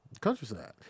countryside